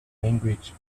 language